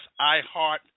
iHeart